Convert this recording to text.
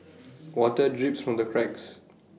water drips from the cracks